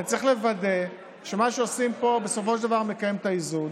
אני צריך לוודא שמה שעושים פה בסופו של דבר מקיים את האיזון,